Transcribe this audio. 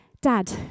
Dad